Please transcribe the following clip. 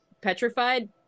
Petrified